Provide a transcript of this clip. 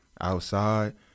outside